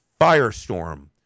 firestorm